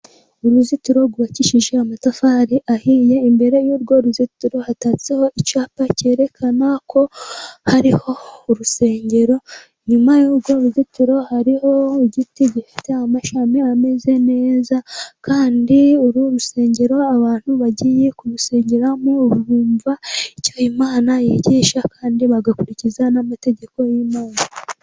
Uruzitiro rwubakishije amatafari ahiye. Imbere y'urwo ruzitiro hatatseho icyapa kerekana ko hari urusengero. Nyuma y'urwo ruzitiro hari igiti gifite amashami ameze neza, kandi uru rusengero abantu bagiye kumusengeramo bumva icyo imana yigisha kandi bagakurikiza n'amategeko y'imana.